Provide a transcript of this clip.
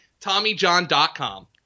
TommyJohn.com